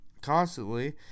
constantly